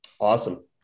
Awesome